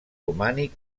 romànic